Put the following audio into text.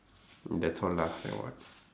that's all lah I want